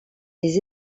les